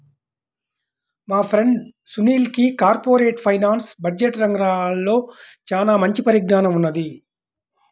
మా ఫ్రెండు సునీల్కి corporate finance, budget రంగాల్లో చానా మంచి పరిజ్ఞానం ఉన్నది